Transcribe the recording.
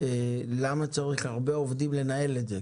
למה צריך הרבה עובדים לנהל את זה?